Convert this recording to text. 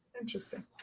Interesting